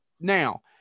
now